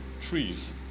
trees